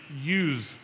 use